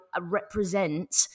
represent